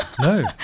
No